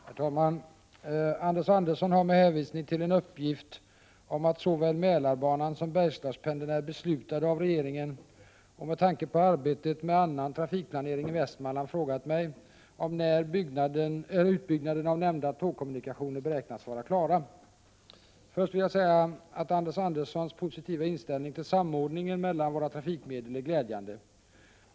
Herr talman! Anders Andersson har med hänvisning till en uppgift om att såväl Mälarbanan som Bergslagspendeln är beslutade av regeringen och med tanke på arbetet med annan trafikplanering i Västmanland frågat mig om när utbyggnaden av nämnda tågkommunikationer beräknas vara klar. Först vill jag säga att Anders Anderssons positiva inställning till samordningen mellan våra trafikmedel är glädjande.